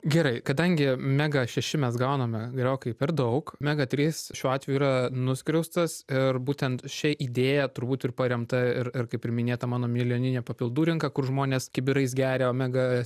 gerai kadangi mega šeši mes gauname gerokai per daug mega trys šiuo atveju yra nuskriaustas ir būtent šia idėja turbūt ir paremta ir ir kaip ir minėta mano milijoninė papildų rinka kur žmonės kibirais geria omega